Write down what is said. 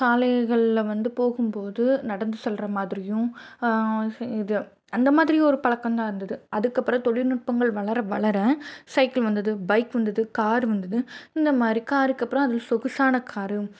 சாலைகள்ல வந்து போகும்போது நடந்து செல்கிற மாதிரியும் செய் இது அந்தமாதிரி ஒரு பழக்கந்தான் இருந்தது அதுக்கப்புறம் தொழில்நுட்பங்கள் வளர வளர சைக்கிள் வந்தது பைக் வந்தது கார் வந்தது இந்தமாதிரி காருக்கு அப்புறம் அததில் சொகுசான காரு